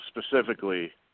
specifically